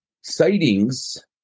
Sightings